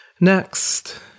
Next